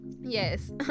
Yes